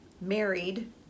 married